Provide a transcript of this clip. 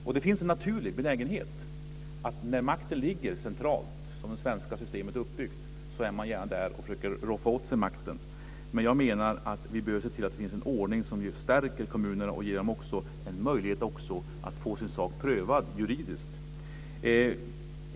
Och det finns en naturlig benägenhet att när makten ligger centralt, som det svenska systemet är uppbyggt, så är man gärna där och försöker roffa åt sig makten. Men jag menar att vi behöver se till att det finns en ordning som stärker kommunerna och också ger dem en möjlighet att få sin sak prövad juridiskt.